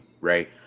right